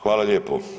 Hvala lijepo.